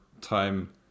time